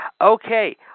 Okay